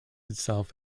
itself